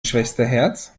schwesterherz